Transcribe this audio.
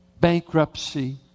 bankruptcy